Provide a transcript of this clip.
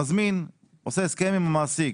המזמין עושה הסכם עם המעסיק.